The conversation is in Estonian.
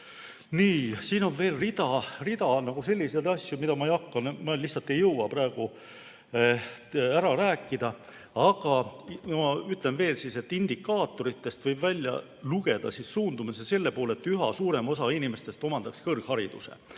Nii, siin on veel rida selliseid asju, millest lihtsalt ei jõua praegu rääkida. Aga ma ütlen veel, et indikaatoritest võib välja lugeda suundumise selle poole, et üha suurem osa inimestest omandaks kõrghariduse.